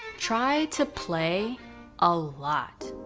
try to play a lot.